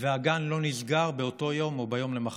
והגן לא נסגר באותו יום או ביום למחרת.